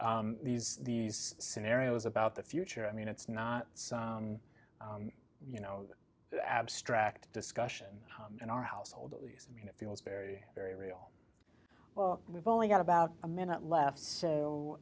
so these these scenarios about the future i mean it's not you know abstract discussion in our household at least i mean it feels very very real well we've only got about a minute left